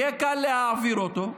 יהיה קל להעביר אותו.